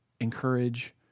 encourage